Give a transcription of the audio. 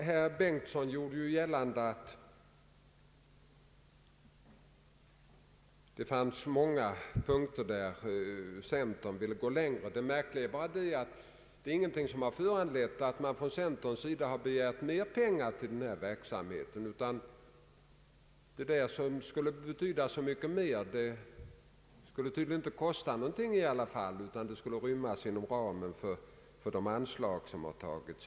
Herr Bengtson gjorde gällande att centern ville gå längre på många punkter. Det märkliga är bara att detta inte föranlett centern att begära mer pengar till verksamheten. Det som skulle betyda så mycket mer skulle inte kosta någonting utan tydligen rymmas inom ramen för de föreslagna anslagen.